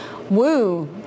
woo